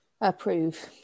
Approve